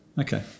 Okay